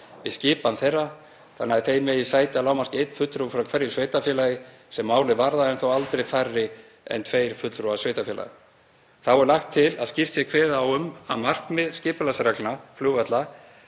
við skipan þeirra þannig að í þeim eigi sæti að lágmarki einn fulltrúi frá hverju sveitarfélagi sem málið varðar en þó aldrei færri en tveir fulltrúar sveitarfélaga. Þá er lagt til að skýrt sé kveðið á um að markmið skipulagsreglna flugvalla